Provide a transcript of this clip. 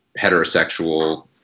heterosexual